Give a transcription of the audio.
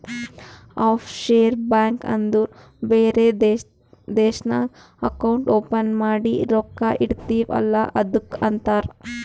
of sure bank ಅಂದುರ್ ಬೇರೆ ದೇಶ್ನಾಗ್ ಅಕೌಂಟ್ ಓಪನ್ ಮಾಡಿ ರೊಕ್ಕಾ ಇಡ್ತಿವ್ ಅಲ್ಲ ಅದ್ದುಕ್ ಅಂತಾರ್